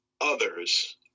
others